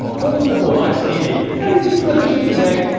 comfortable nights in a very fluffy sleeping bag,